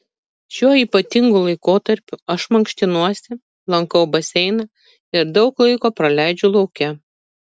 šiuo ypatingu laikotarpiu aš mankštinuosi lankau baseiną ir daug laiko praleidžiu lauke